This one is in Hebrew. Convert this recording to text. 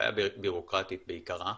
בעיה ביורוקרטית בעיקרה.